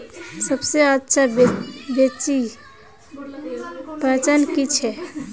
सबसे अच्छा बिच्ची पहचान की छे?